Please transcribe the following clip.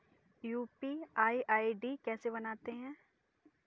UPI ID कैसे बनाते हैं?